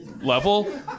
level